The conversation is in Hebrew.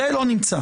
זה לא נמצא.